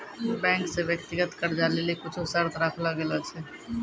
bank से व्यक्तिगत कर्जा लेली कुछु शर्त राखलो गेलो छै